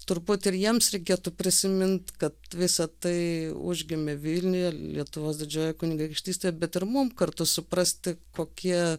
turbūt ir jiems reikėtų prisimint kad visa tai užgimė vilniuje lietuvos didžiojoj kunigaikštystėje bet ir mum kartu suprasti kokie